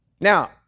Now